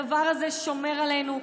הדבר הזה שומר עלינו,